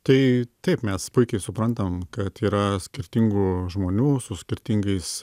tai taip mes puikiai suprantam kad yra skirtingų žmonių su skirtingais